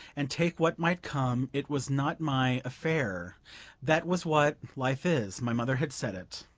and take what might come it was not my affair that was what life is my mother had said it.